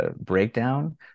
breakdown